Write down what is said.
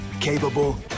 capable